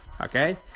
Okay